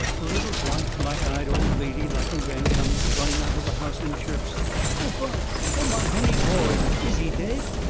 a little, bright, black-eyed old lady like a wren comes running out of the house, and chirps o bud o my honey boy! is he dead?